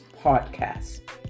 Podcast